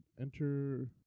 enter